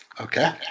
Okay